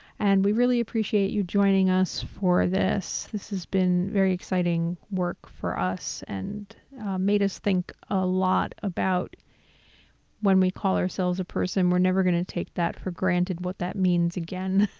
and we really appreciate you joining us for this. this has been very exciting work for us and made us think a lot about when we call ourselves a person, we're never going to take that for granted, what that means again.